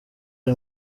ari